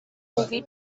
movie